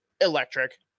Electric